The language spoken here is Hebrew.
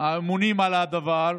הממונים על הדבר.